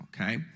okay